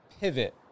pivot